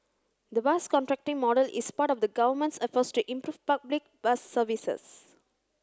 the bus contracting model is part of the Government's efforts to improve public bus services